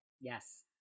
yes